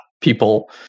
people